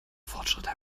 fortschritte